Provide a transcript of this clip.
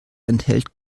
enthält